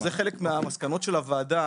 זה חלק מהמסקנות של הוועדה,